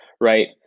right